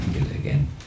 again